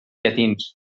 llatins